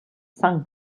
sung